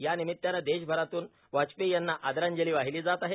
यानिमितानं देशभरातून वाजपेयी यांना आदरांजली वाहिली जात आहे